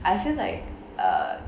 I feel like uh